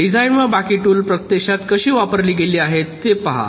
design व बाकी tools प्रत्यक्षात कशी वापरली गेली आहेत ते पहा